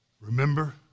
Remember